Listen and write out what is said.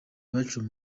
baciye